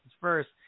first